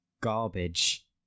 garbage